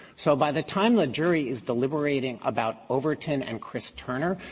so by the time the jury is deliberating about overton and chris turner,